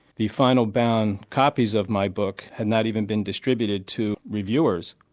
the final bound copies of my book had not even been distributed to reviewers,